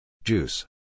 Juice